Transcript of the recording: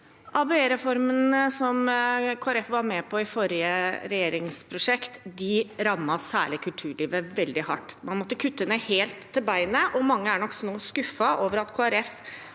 Folkeparti var med på i forrige regjeringsprosjekt, rammet særlig kulturlivet veldig hardt. Man måtte kutte helt til beinet, og mange er nok nå skuffet over at